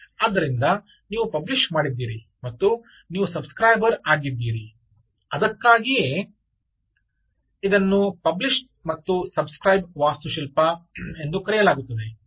ಆದ್ದರಿಂದ ನೀವು ಪಬ್ಲಿಶ್ ಮಾಡಿದ್ದೀರಿ ಮತ್ತು ನೀವು ಸಬ್ ಸ್ಕ್ರೈಬರ್ ಆಗಿದ್ದೀರಿ ಅದಕ್ಕಾಗಿಯೇ ಇದನ್ನು ಪಬ್ಲಿಷ ಅಂಡ್ ಸಬ್ ಸ್ಕ್ರೈಬ ವಾಸ್ತುಶಿಲ್ಪ ಎಂದು ಕರೆಯಲಾಗುತ್ತದೆ